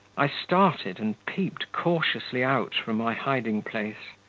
i started, and peeped cautiously out from my hiding-place.